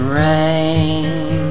rain